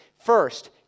First